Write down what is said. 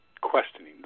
questioning